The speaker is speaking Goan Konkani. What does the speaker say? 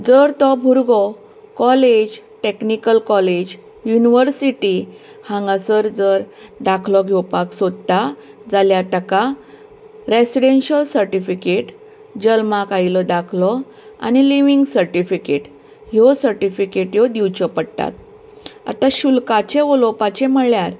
जर तो भुरगो कॉलेज टेक्निकल कॉलेज युनिव्हरसिटी हांगासर जर दाखलो घेवपाक सोदता जाल्यार ताका रेजिडेन्शल सर्टिफीकेट जल्माक आयिल्लो दाखलो आनी लिविंग सर्टिफीकेट ह्यो सर्टिफिकेट्यो दिवच्यो पडटात आता शुल्काचे उलोवपाचें म्हळ्यार